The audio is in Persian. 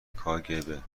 کاگب